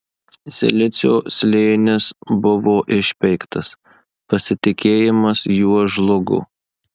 silicio slėnis buvo išpeiktas pasitikėjimas juo žlugo